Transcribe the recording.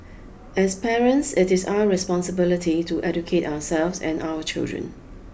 as parents it is our responsibility to educate ourselves and our children